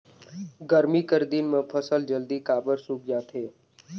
गरमी कर दिन म फसल जल्दी काबर सूख जाथे?